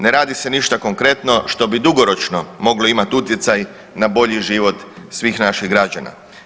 Ne radi se ništa konkretno što bi dugoročno moglo imat utjecat na bolji život svih naših građana.